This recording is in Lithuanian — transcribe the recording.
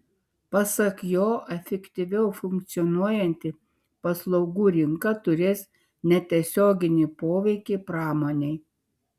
pasak jo efektyviau funkcionuojanti paslaugų rinka turės netiesioginį poveikį pramonei